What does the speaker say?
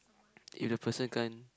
if the person can't